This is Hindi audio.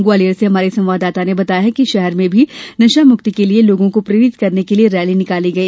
ग्वालियर से हमारे संवाददाता ने बताया है कि शहर में भी नशामुक्ति के लिये लोगों को प्रेरित करने के लिये रैली निकाली गई